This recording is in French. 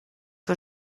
que